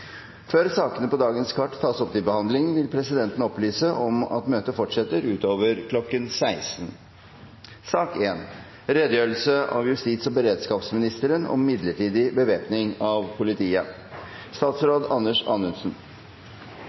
Før sakene på dagens kart tas opp til behandling, vil presidenten opplyse om at møtet fortsetter utover kl. 16. La meg først få lov til å takke Stortinget for at jeg får muligheten til å komme hit og gi denne redegjørelsen om